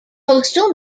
coastal